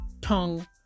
tongue